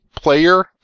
player